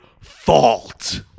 fault